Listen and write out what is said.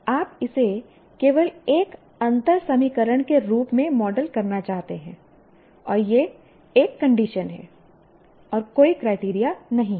आप इसे केवल एक अंतर समीकरण के रूप में मॉडल करना चाहते हैं और यह एक कंडीशन है और कोई क्राइटेरिया नहीं है